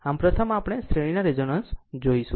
આમ પ્રથમ આપણે શ્રેણીના રેઝોનન્સ જોશું